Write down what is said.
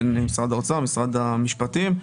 בין משרד האוצר ומשרד המשפטים.